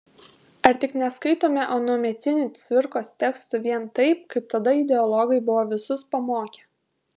ar tik neskaitome anuometinių cvirkos tekstų vien taip kaip tada ideologai buvo visus pamokę